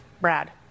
Brad